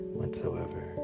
whatsoever